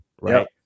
right